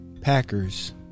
Packers